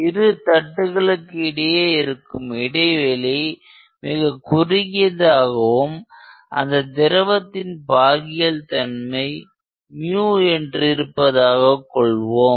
இரு தட்டுகளுக்கு இடையே இருக்கும் இடைவெளி மிகக் குறுகியதாகவும் அந்த திரவத்தின் பாகியல் தன்மை என்று இருப்பதாகக் கொள்வோம்